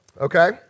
Okay